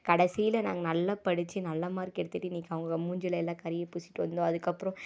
கடசியில் நாங்கள் நல்லாப் படித்து நல்ல மார்க் எடுத்துகிட்டு இன்றைக்கி அவங்க மூஞ்சியில் எல்லாம் கரியப் பூசிட்டு வந்தோம் அதுக்கப்புறோம்